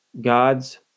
God's